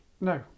No